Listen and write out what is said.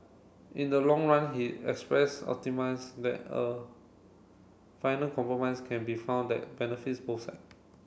in the long run he expressed optimise that a final compromise can be found that benefits both side